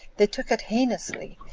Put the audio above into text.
they took it heinously,